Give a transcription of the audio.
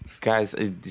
guys